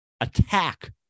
attack